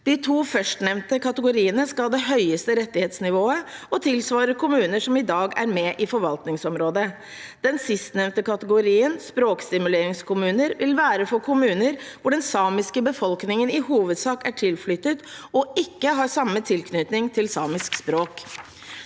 De to førstnevnte kategoriene skal ha det høyeste rettighetsnivået og tilsvarer kommuner som i dag er med i forvaltningsområdet. Den sistnevnte kategorien, språkstimuleringskommuner, vil være for kommuner hvor den samiske befolkningen i hovedsak er tilflyttet og ikke har samme tilknytning til samisk språk.